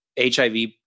HIV